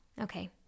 Okay